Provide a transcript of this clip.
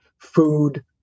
food